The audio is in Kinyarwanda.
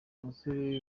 umusore